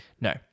No